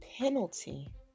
penalty